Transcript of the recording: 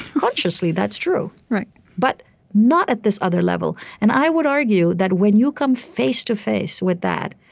consciously, that's true. but not at this other level. and i would argue that when you come face-to-face with that,